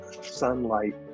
sunlight